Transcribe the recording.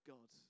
God